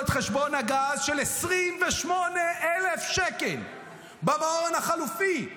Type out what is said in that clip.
אנחנו שילמנו לו את חשבון הגז של 28,000 שקל במעון החלופי.